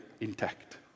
intact